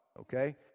okay